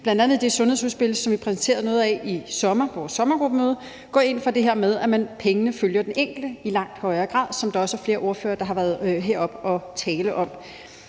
bl.a. i det sundhedsudspil, som vi præsenterede noget af i sommer på vores sommergruppemøde, går ind for det her med, at pengene følger den enkelte i langt højere grad, som der også er flere ordførere der har været heroppe og tale om.